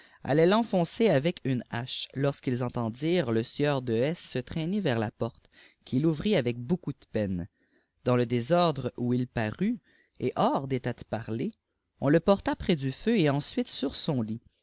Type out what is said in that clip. allaient l'enfoncer avec une hache lorsqu'ils entendirent le sieur de s se traîner vers la porte q'il bùyiit avec beaucoup de peine dans le désordre oii il parut et ijors détàt de parler on le porta près du feu et ensuite sur son ht